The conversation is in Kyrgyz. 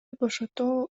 бошотуу